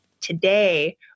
Today